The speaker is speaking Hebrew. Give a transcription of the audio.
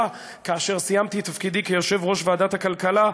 כאשר סיימתי את תפקידי כיושב-ראש ועדת הכלכלה,